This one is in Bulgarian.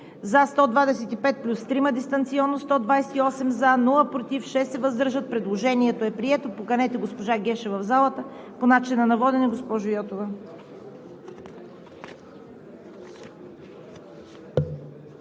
за 125 плюс 3 дистанционно – 128, против няма, въздържали се 6. Предложението е прието. Поканете госпожа Гешева в залата. По начина на водене – госпожа Йотова.